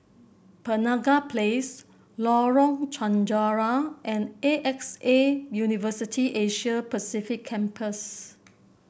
Penaga Place Lorong Chencharu and A X A University Asia Pacific Campus